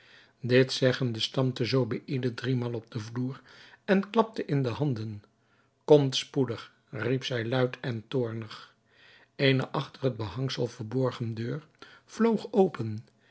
dit zeggende stampte zobeïde driemaal op den vloer en klapte in de handen komt spoedig riep zij luid en toornig eene achter het behangsel verborgen deur vloog open